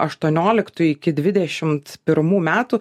aštuonioliktųjų iki dvidešimt pirmų metų